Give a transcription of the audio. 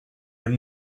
were